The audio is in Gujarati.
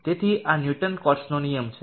તેથી આ ન્યુટન કોટ્સનો નિયમ છે